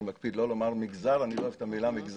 אני מקפיד לא לומר "מגזר" אני לא אוהב את המילה הזאת,